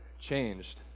changed